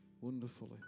wonderfully